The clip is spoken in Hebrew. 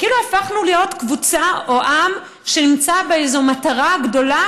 כאילו הפכנו להיות קבוצה או עם שנמצא באיזו מטרה גדולה,